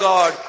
God